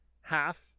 half